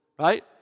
right